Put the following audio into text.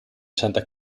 santa